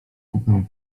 kupę